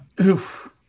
Oof